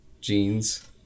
jeans